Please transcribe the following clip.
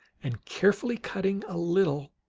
and, carefully cutting a little,